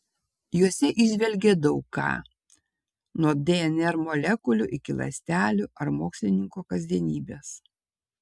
juose įžvelgė daug ką nuo dnr molekulių iki ląstelių ar mokslininko kasdienybės